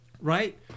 right